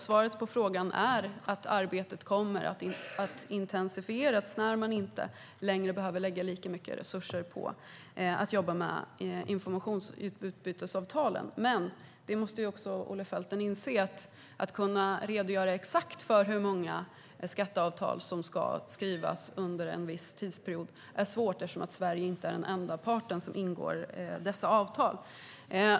Svaret på frågan är att arbetet kommer att intensifieras när man inte längre behöver lägga lika mycket resurser på informationsutbytesavtalen. Men också Olle Felten måste inse att det är svårt att redogöra för exakt hur många skatteavtal som ska skrivas under en viss tidsperiod eftersom Sverige inte är den enda parten i dessa avtal.